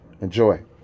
Enjoy